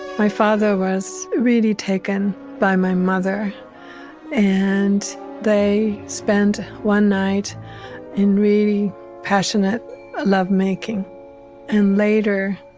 my father was really taken by my mother and they spent one night in really passionate lovemaking and later